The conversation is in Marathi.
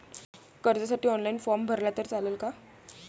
कर्जसाठी ऑनलाईन फारम भरला तर चालन का?